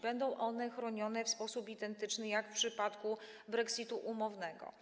Będą one chronione w sposób identyczny jak w przypadku brexitu umownego.